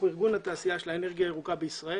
אנחנו ארגון התעשייה של האנרגיה הירוקה בישראל.